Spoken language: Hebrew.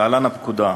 להלן: הפקודה.